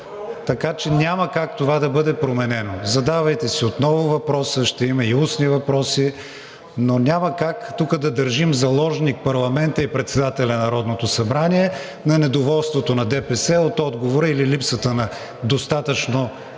така че няма как това да бъде променено. Задавайте си отново въпроса, ще има и устни въпроси, но няма как тук да държим заложник парламента и председателя на Народното събрание на недоволството на ДПС от отговора или липсата на достатъчно